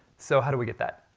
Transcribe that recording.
so how do we get that?